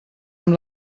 amb